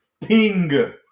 ping